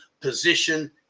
position